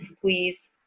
please